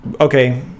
okay